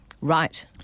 Right